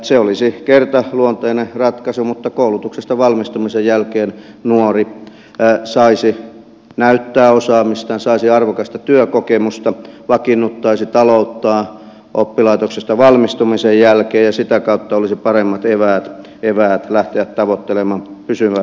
se olisi kertaluonteinen ratkaisu mutta koulutuksesta valmistumisen jälkeen nuori saisi näyttää osaamistaan saisi arvokasta työkokemusta vakiinnuttaisi talouttaan oppilaitoksesta valmistumisen jälkeen ja sitä kautta olisi paremmat eväät lähteä tavoittelemaan pysyvämpää leipäpuuta